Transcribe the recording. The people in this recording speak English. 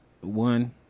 one